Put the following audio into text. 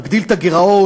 מגדיל את הגירעון,